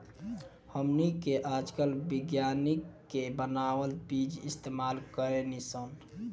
हमनी के आजकल विज्ञानिक के बानावल बीज इस्तेमाल करेनी सन